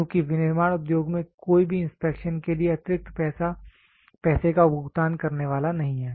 क्योंकि विनिर्माण उद्योग में कोई भी इंस्पेक्शन के लिए अतिरिक्त पैसे का भुगतान करने वाला नहीं है